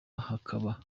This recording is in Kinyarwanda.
hakaba